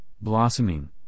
blossoming